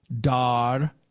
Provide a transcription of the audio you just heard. Dar